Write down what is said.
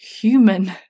human